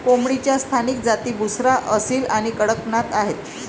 कोंबडीच्या स्थानिक जाती बुसरा, असील आणि कडकनाथ आहेत